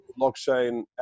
blockchain